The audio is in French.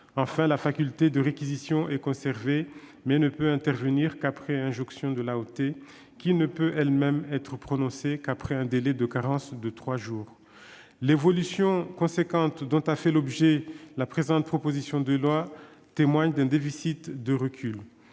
Enfin, la faculté de réquisition est conservée, mais ne peut intervenir qu'après injonction de l'AOT, qui ne peut elle-même être prononcée qu'après un délai de carence de trois jours. L'évolution importante dont a fait l'objet la présente proposition de loi témoigne d'un déficit de recul.